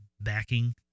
backing